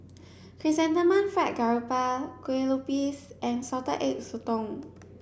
chrysanthemum fried garoupa kuih lopes and salted egg sotong